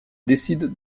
décide